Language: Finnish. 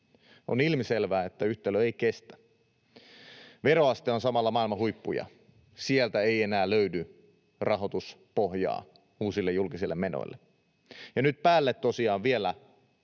on ilmiselvää, että yhtälö ei kestä. Veroaste on samalla maailman huippuja, sieltä ei enää löydy rahoituspohjaa uusille julkisille menoille. Ja nyt päälle ovat